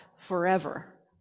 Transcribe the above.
forever